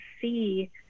see